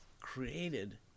created